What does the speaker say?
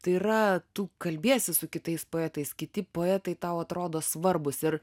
tai yra tu kalbiesi su kitais poetais kiti poetai tau atrodo svarbūs ir